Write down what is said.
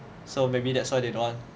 so maybe that's why they don't want